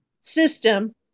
system